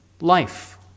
Life